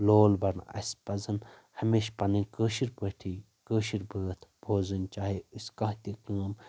لول برُن اسہِ پزن ہمیٚشہِ پنٕنۍ کٲشِر پٲٹھی کٲشِر بٲتھ بوزٕنۍ چاہے أسۍ کانٛہہ تہِ کٲم